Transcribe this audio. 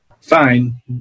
fine